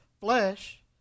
flesh